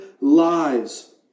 lives